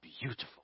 beautiful